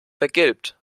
vergilbt